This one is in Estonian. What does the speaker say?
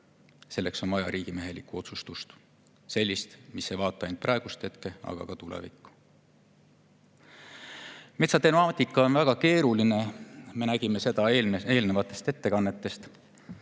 Selleks on vaja riigimehelikku otsustust, sellist, mis ei vaata ainult praegust hetke, vaid ka tulevikku. Metsatemaatika on väga keeruline, me nägime seda eelnevatest ettekannetest,